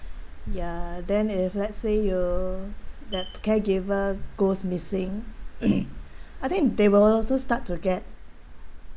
ya then if let's say you the caregiver goes missing I think they will also start to get um